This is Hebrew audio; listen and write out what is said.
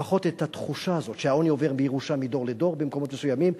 לפחות את התחושה הזו שהעוני עובר בירושה מדור לדור במקומות מסוימים.